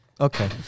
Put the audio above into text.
okay